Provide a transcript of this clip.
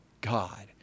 God